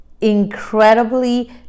incredibly